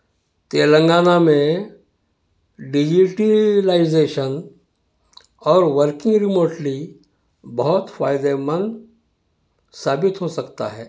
تلنگانہ میں ڈیجیٹیلائزیشن اور working remotely بہت فائدے مند ثابت ہو سکتا ہے